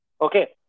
Okay